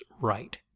right